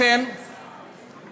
ביום ראשון יש מסחר.